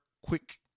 quick